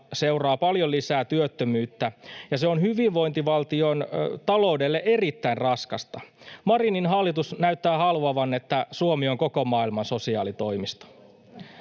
seuraa paljon lisää työttömyyttä, ja se on hyvinvointivaltion taloudelle erittäin raskasta. Marinin hallitus näyttää haluavan, että Suomi on koko maailman sosiaalitoimisto.